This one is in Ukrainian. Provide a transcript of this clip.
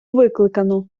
викликано